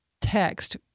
text